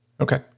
Okay